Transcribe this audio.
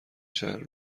چند